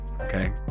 okay